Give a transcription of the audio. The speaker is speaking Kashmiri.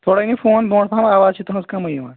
تھوڈا أنِو فون بونٛ پَہَم آواز چھِ تُہُنٛز کَمٕے یِوان